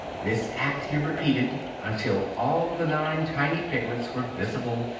this act he repeated until all of the nine tiny piglets were visible,